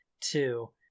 Two